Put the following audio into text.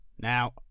Now